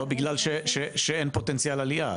בגלל שאין פוטנציאל עלייה,